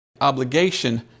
obligation